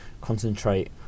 concentrate